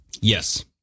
Yes